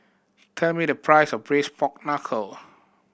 tell me the price of Braised Pork Knuckle